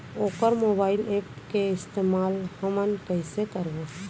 वोकर mobile app के इस्तेमाल हमन कइसे करबो?